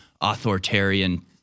authoritarian